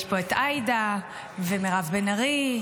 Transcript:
ויש פה את עאידה ואת מירב בן ארי,